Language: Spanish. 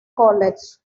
college